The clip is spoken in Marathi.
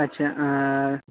अच्छा